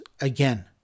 again